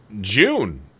June